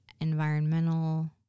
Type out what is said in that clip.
environmental